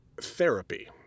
therapy